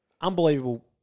Unbelievable